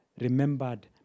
remembered